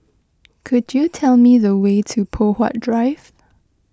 could you tell me the way to Poh Huat Drive